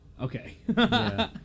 Okay